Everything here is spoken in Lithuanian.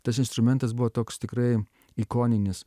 tas instrumentas buvo toks tikrai ikoninis